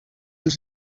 els